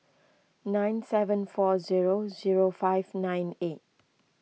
nine seven four zero zero five nine eight